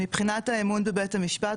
מבחינת האמון בבית המשפט,